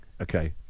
Okay